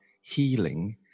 healing